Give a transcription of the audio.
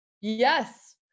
Yes